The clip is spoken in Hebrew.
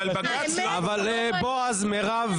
אני מנסה להבין מה נתתם.